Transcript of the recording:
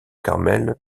carmel